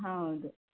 ಹೌದು